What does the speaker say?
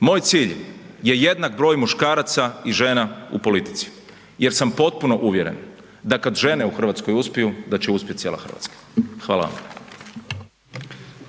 Moj cilj je jednak broj muškaraca i žena u politici jer sam potpuno uvjeren da kad žene u RH uspiju da će uspjet cijela RH. Hvala vam. **Brkić, Milijan